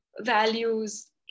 values